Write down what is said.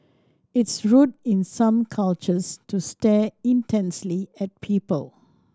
it's rude in some cultures to stare intensely at people